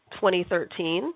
2013